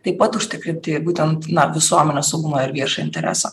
taip pat užtikrinti būtent na visuomenės saugumo ir viešo intereso